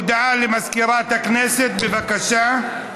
הודעה למזכירת הכנסת, בבקשה.